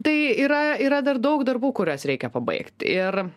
tai yra yra dar daug darbų kuriuos reikia pabaigt ir